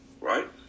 right